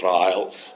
Trials